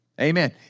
Amen